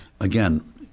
again